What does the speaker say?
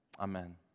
Amen